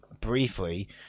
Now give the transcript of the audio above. briefly